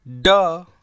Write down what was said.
Duh